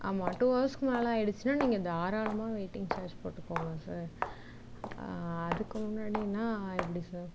ஆமாம் டூ ஹார்சுக்கு மேல் ஆயிடுத்துன்னா நீங்கள் தாராளமாக வெயிட்டிங் சார்ஜ் போட்டுக்கோங்க சார் அதுக்கு முன்னாடின்னால் எப்படி சார்